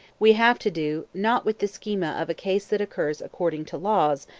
we have to do, not with the schema of a case that occurs according to laws,